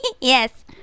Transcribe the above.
Yes